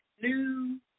New